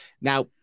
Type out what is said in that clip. Now